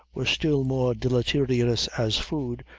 were still more deleterious as food,